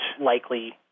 likely